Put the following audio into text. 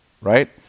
right